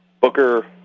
Booker